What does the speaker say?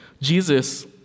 Jesus